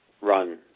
run